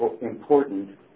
important